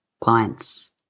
clients